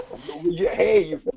Hey